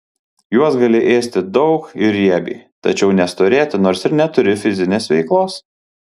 jos gali ėsti daug ir riebiai tačiau nestorėti nors ir neturi fizinės veiklos